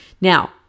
Now